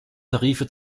tarife